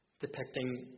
Depicting